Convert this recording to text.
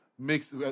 Mixed